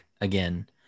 again